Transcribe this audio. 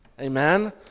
Amen